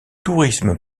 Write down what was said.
tourisme